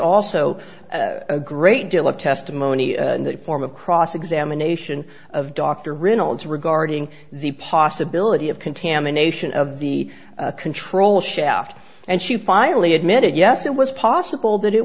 also a great deal of testimony that form of cross examination of dr reynolds regarding the possibility of contamination of the control shaft and she finally admitted yes it was possible that it